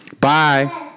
Bye